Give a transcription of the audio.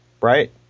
right